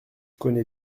connais